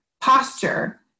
posture